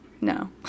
no